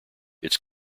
its